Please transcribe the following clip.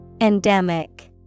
Endemic